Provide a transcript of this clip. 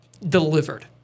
delivered